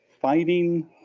fighting